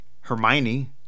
Hermione